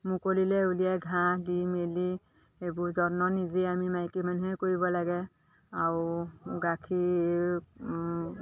মুকলিলৈ উলিয়াই ঘাঁহ দি মেলি এইবোৰ যত্ন নিজে আমি মাইকী মানুহে কৰিব লাগে আৰু গাখীৰ